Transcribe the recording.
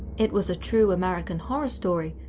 it was a true american horror story,